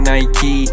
Nike